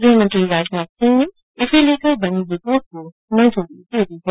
गृह मंत्री राजनाथ सिंह ने इसे लेकर बनी रिपोर्ट को मंजूरी दे दी है